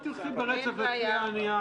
תלכי ברצף לפי הנייר.